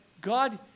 God